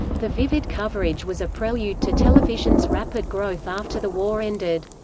the vivid coverage was a prelude to television's rapid growth after the war ended.